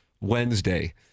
Wednesday